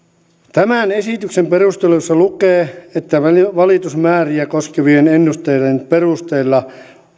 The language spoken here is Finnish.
tämän esityksen perusteluissa lukee että valitusmääriä koskevien ennusteiden perusteella